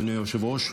אדוני היושב-ראש,